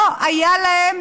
לא היה להם